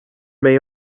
may